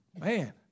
Man